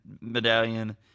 medallion